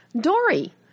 Dory